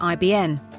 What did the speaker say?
IBN